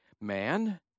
man